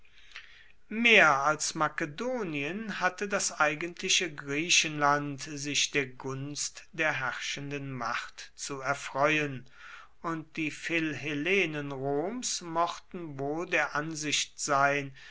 mehr als makedonien hatte das eigentliche griechenland sich der gunst der herrschenden macht zu erfreuen und die philhellenen roms mochten wohl der ansicht sein